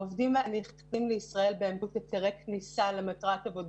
העובדים האלה נכנסים לישראל באמצעות היתרי כניסה למטרת עבודה